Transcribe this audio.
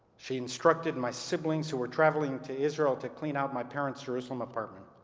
she instructed my siblings, who were traveling to israel to clean out my parents' jerusalem apartment,